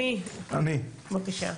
בבקשה.